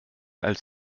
als